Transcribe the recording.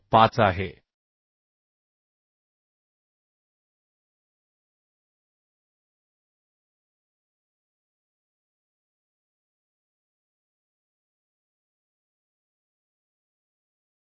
75 आहे